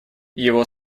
его